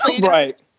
Right